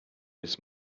bis